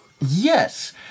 Yes